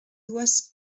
dues